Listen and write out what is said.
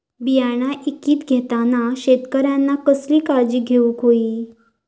बियाणा ईकत घेताना शेतकऱ्यानं कसली काळजी घेऊक होई?